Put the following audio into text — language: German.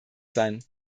sein